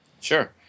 Sure